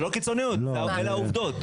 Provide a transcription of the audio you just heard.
זה לא קיצוניות, אלה העובדות.